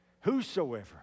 whosoever